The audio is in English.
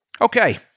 Okay